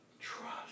Trust